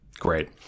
Great